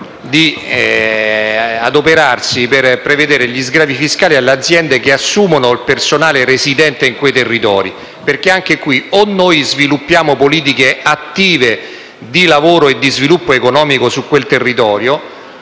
di adoperarsi per prevedere sgravi fiscali per le aziende che assumono personale residente in quei territori perché, anche in questo caso, o noi attuiamo politiche attive di lavoro e di sviluppo economico sui territori